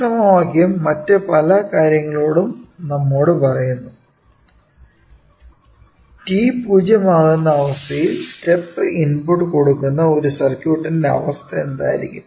ഈ സമവാക്യം മറ്റ് പല കാര്യങ്ങളും നമ്മോട് പറയുന്നു t0 ആകുന്ന അവസ്ഥയിൽ സ്റ്റെപ് ഇൻപുട്ട് കൊടുക്കുന്ന ഒരു സർക്യുട്ടിന്റെ അവസ്ഥ എന്തായിരിക്കും